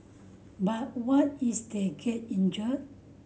but what is they get injured